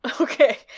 Okay